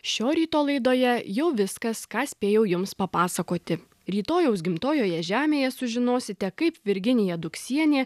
šio ryto laidoje jau viskas ką spėjau jums papasakoti rytojaus gimtojoje žemėje sužinosite kaip virginija duksienė